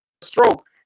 stroke